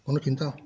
কোনো চিন্তা